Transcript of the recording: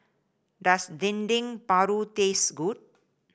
does Dendeng Paru taste good